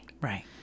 right